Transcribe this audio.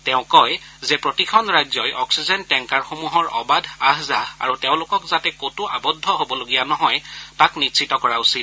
তেওঁ কয় যে প্ৰতিখন ৰাজ্যই অক্সিজেন টেংকাৰসমূহত অবাধ আহ যাহ আৰু তেওঁলোকক যাতে কতো আবদ্ধ হবলগীয়া নহয় তাক নিশ্চিত কৰা উচিত